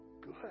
good